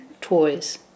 toys